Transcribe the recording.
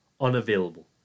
unavailable